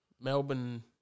Melbourne